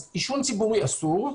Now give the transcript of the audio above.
אז עישון ציבורי אסור.